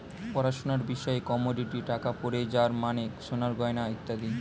পড়াশোনার বিষয়ে কমোডিটি টাকা পড়ে যার মানে সোনার গয়না ইত্যাদি